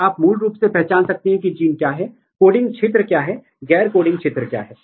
यहाँ आप मूल रूप से क्या चाहते हैं कि आपके पास एक पुटेटिव बाइंडिंग साइट्स हैं